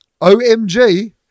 OMG